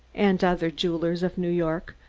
and other jewelers of new york,